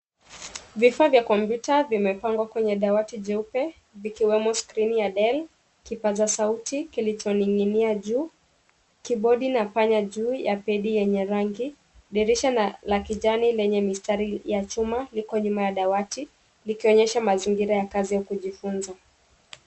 Vifaa vya kompyuta vimepangwa kwenye dawati jeupe, vikiwemo srini ya Del, kipaza sauti kilicho ning'inia juu, kibodi na panya juu ya pedi yenye rangi. Dirisha lenye rangi ya mistari yenye chuma iko nyuma ya dawati likionyesha mazingira ya kazi ya kujifunza.